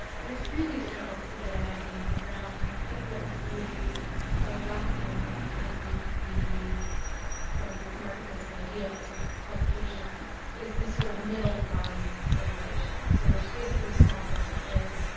but it's really difficult to get a magazine off the ground. and i think what we really are lacking in the quote unquote marketplace of ideas of publications is these, sort of, middle rung organizations. so there's basically small businesses,